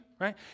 Right